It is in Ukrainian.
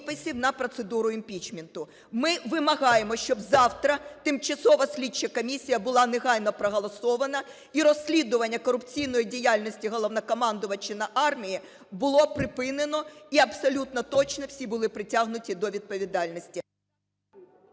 Ми вимагаємо, щоб завтра тимчасова слідча комісія була негайно проголосована, і розслідування корупційної діяльності Головнокомандувача на армії було припинено, і абсолютно точно всі були притягнуті до відповідальності.